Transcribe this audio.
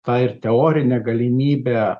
ta ir teorinė galimybė